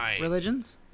Religions